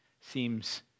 seems